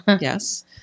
Yes